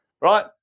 right